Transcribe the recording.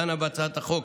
דנה בהצעת החוק,